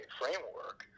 framework